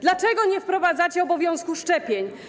Dlaczego nie wprowadzacie obowiązku szczepień?